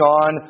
on